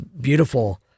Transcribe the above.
beautiful